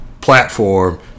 platform